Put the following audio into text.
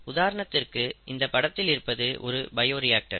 உதாரணத்திற்கு இந்த படத்தில் இருப்பது ஒரு பயோரியாக்டர்